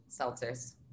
Seltzers